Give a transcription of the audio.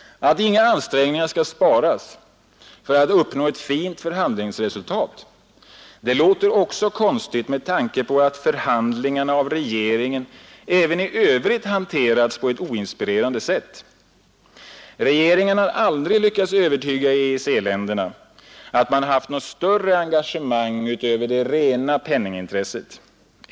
Att inga ansträngningar skall sparas för att uppnå ett fint förhandlingsresultat låter också konstigt med tanke på att förhandlingarna även i övrigt av regeringen har hanterats på ett oinspirerande sätt. Regeringen Nr 137 har aldrig lyckats övertyga EEC-länderna om att man har haft något Torsdgen den större engegemang utöver det egna penningintresset.